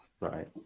right